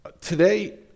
Today